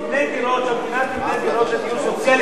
שהמדינה תבנה דירות לדיור סוציאלי.